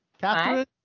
Catherine